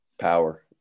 Power